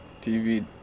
TV